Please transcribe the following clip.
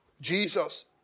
Jesus